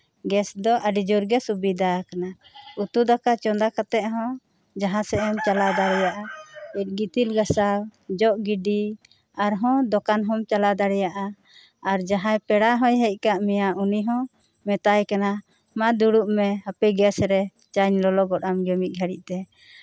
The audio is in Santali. ᱜᱮᱥ ᱫᱚ ᱟᱹᱰᱤ ᱡᱳᱨ ᱜᱮ ᱥᱩᱵᱤᱫᱟᱣᱟᱠᱟᱫᱟ ᱩᱛᱩᱼᱫᱟᱠᱟ ᱪᱚᱸᱫᱟ ᱠᱟᱛᱮᱫ ᱦᱚᱸ ᱡᱟᱦᱟᱸ ᱥᱮᱫ ᱮᱢ ᱪᱟᱞᱟᱣ ᱫᱟᱲᱮᱭᱟᱜᱼᱟ ᱠᱟᱺᱪ ᱜᱤᱛᱤᱞ ᱜᱟᱥᱟᱣ ᱡᱚᱜᱼᱜᱤᱰᱤ ᱟᱨᱦᱚᱸ ᱫᱚᱠᱟᱱ ᱦᱚᱸᱢ ᱪᱟᱞᱟᱣ ᱫᱟᱲᱮᱭᱟᱜᱼᱟ ᱟᱨ ᱡᱟᱦᱟᱸᱭ ᱯᱮᱲ ᱦᱚᱸᱭ ᱦᱮᱡ ᱟᱠᱟᱫ ᱢᱮᱭᱟ ᱩᱱᱤ ᱦᱚᱸ ᱢᱮᱛᱟᱭ ᱠᱟᱱᱟ ᱢᱟ ᱫᱩᱲᱩᱵ ᱢᱮ ᱦᱟᱯᱮ ᱜᱮᱥ ᱨᱮ ᱪᱟᱧ ᱞᱚᱞᱚ ᱜᱚᱫ ᱟᱢ ᱜᱮ ᱢᱤᱫ ᱜᱷᱟᱲᱤᱡ ᱛᱮ